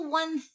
one